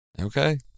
Okay